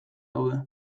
daude